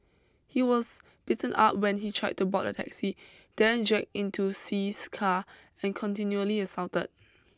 he was beaten up when he tried to board the taxi then dragged into See's car and continually assaulted